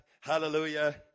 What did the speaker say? Hallelujah